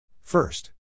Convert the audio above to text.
First